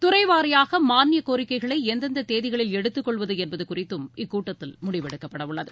துறைவாரியாக மானிய கோரிக்கைகளை எந்தெந்த தேதிகளில் எடுத்துக் கொள்வது என்பது குறித்தும் இக்கூட்டத்தில் முடிவெடுக்கப்பட உள்ளது